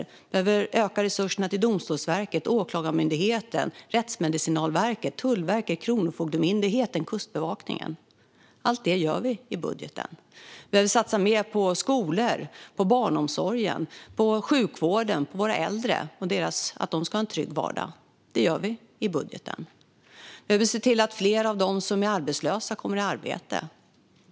Vi behöver öka resurserna till Domstolsverket, Åklagarmyndigheten, Rättsmedicinalverket, Tullverket, Kronofogdemyndigheten och Kustbevakningen. Allt det gör vi i budgeten. Vi behöver satsa mer på skolor, på barnomsorgen, på sjukvården och på en trygg vardag för våra äldre. Det gör vi i budgeten. Vi behöver se till att fler arbetslösa kommer i arbete.